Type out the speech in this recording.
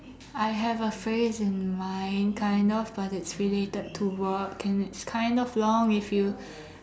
I have a phrase in mind kind of but it's related to work and it's kind of long if you